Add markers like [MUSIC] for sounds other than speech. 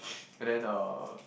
[NOISE] and then uh